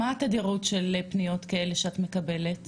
מה התדירות של פניות כאלה שאת מקבלת?